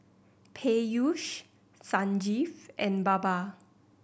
Peyush Sanjeev and Baba